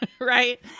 right